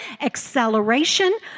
acceleration